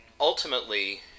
ultimately